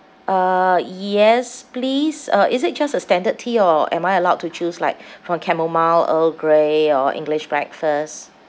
uh y~ yes please uh is it just a standard tea or am I allowed to choose like from chamomile earl grey or english breakfast